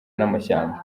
n’amashyamba